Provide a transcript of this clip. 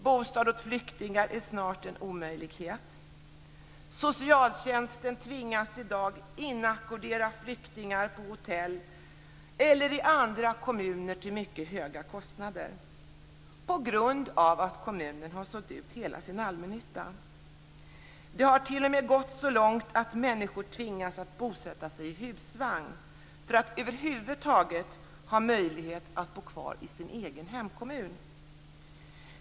Bostad åt flyktingar är snart en omöjlighet. Socialtjänsten tvingas i dag inackordera flyktingar på hotell eller i andra kommuner till mycket höga kostnader. Det är på grund av att kommunen har sålt ut hela allmännyttan. Det har t.o.m. gått så långt att människor tvingas att bosätta sig i husvagn för att över huvud taget ha möjlighet att bo kvar i sin egen hemkommun. Fru talman!